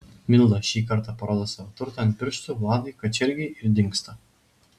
milda šį kartą parodo savo turtą ant pirštų vladui kačergiui ir dingsta